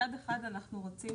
מצד אחד אנחנו לא רוצים